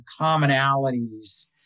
commonalities